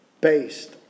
Based